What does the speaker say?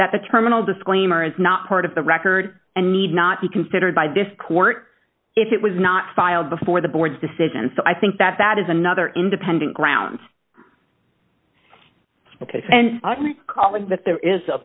that the terminal disclaimer is not part of the record and need not be considered by this court if it was not filed before the board's decision so i think that that is another independent grounds ok and calling that there is a